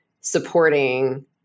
supporting